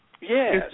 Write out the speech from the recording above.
Yes